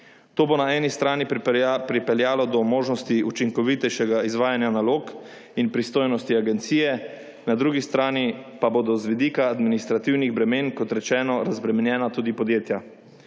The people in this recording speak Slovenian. To bo na eni strani pripeljalo do možnosti učinkovitejšega izvajanja nalog in pristojnosti agencije, na drugi strani pa bodo z vidika administrativnih bremen, kot rečeno, razbremenjena tudi podjetja.